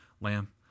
lamb